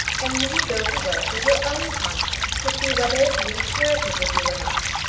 and you would go to work with your own conscience to see whether it be imperative with you or not.